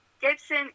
Gibson